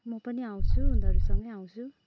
म पनि आउँछु उनीहरूसँगै आउँछु